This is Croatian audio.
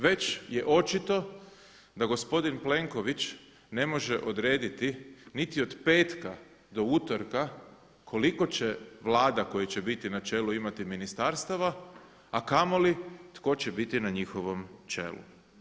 Već je očito da gospodin Plenković ne može odrediti niti od petka do utorka koliko će Vlada kojoj će biti na čelu imati ministarstva a kamoli tko će biti na njihovom čelu.